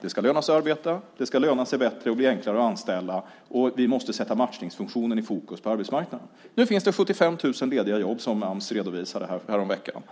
Det ska löna sig att arbeta, det ska löna sig bättre och bli enklare att anställa, och vi måste sätta matchningsfunktionen i fokus på arbetsmarknaden. Nu finns det 75 000 lediga jobb, som Ams redovisade häromveckan.